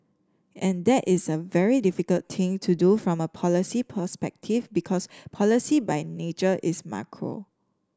and that is a very difficult thing to do from a policy perspective because policy by nature is macro